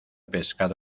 pescado